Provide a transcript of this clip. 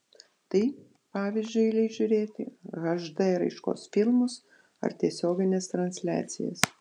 tai pavyzdžiui leis žiūrėti hd raiškos filmus ar tiesiogines transliacijas